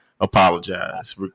apologize